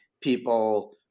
people